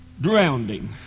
drowning